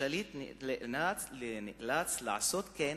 השליט נאלץ לעשות כן,